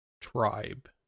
tribe